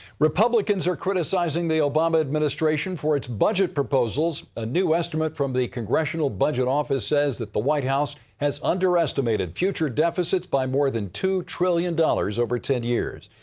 republicans are criticizing the obama administration for its budget proposals. a new estimate from the congressional budget office says that the white house has underestimated future deficits by more than two trillion dollars over ten years.